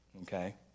okay